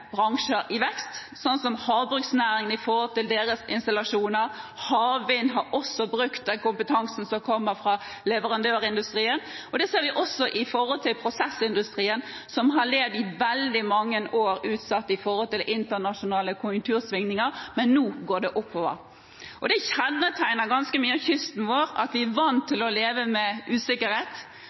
bransjer i vekst, sånn som havbruksnæringen og deres installasjoner. Havvind har også brukt den kompetansen som kommer fra leverandørindustrien, det ser vi også når det gjelder prosessindustrien, som har levd utsatt i veldig mange år med tanke på internasjonale konjunktursvingninger. Men nå går det oppover. Det kjennetegner ganske mye av kysten vår at vi er vant til å leve med usikkerhet.